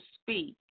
speak